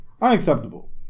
unacceptable